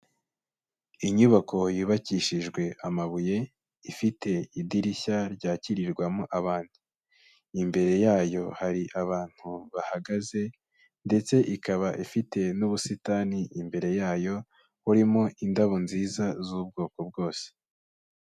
Inyubako yubakishijwe amabuye, ifite idirishya ryakirirwamo abandi, imbere yayo hari abantu bahagaze, ndetse ikaba ifite n'ubusitani imbere yayo, burimo indabo nziza z'ubwoko bwose.